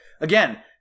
again